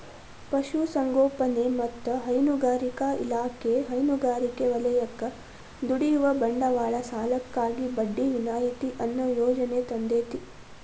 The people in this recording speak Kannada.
ಪಶುಸಂಗೋಪನೆ ಮತ್ತ ಹೈನುಗಾರಿಕಾ ಇಲಾಖೆ ಹೈನುಗಾರಿಕೆ ವಲಯಕ್ಕ ದುಡಿಯುವ ಬಂಡವಾಳ ಸಾಲಕ್ಕಾಗಿ ಬಡ್ಡಿ ವಿನಾಯಿತಿ ಅನ್ನೋ ಯೋಜನೆ ತಂದೇತಿ